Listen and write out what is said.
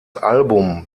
album